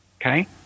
Okay